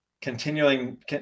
continuing